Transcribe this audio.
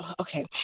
Okay